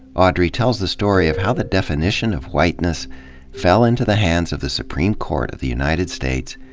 audrey tells the story of how the definition of whiteness fell into the hands of the supreme court of the united states,